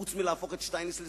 חוץ מלהפוך את שטייניץ לסחבה?